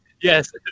Yes